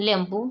ଲେମ୍ବୁ